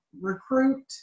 recruit